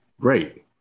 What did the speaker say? great